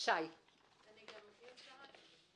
אני גם רוצה לומר,